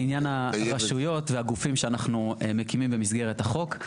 בעניין הרשויות והגופים שאנחנו מקימים במסגרת החוק.